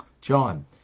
John